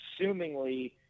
assumingly